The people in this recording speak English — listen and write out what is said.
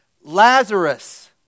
Lazarus